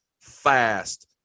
fast